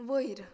वयर